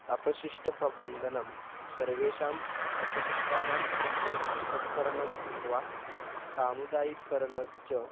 अपशिष्टप्रबन्धनं सर्वेषाम् अपशिष्टानां सम्यक् पृथक्करणं कृत्वा सामुदायिककरणञ्च